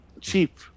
cheap